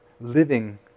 living